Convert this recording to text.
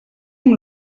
amb